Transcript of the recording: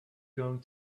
going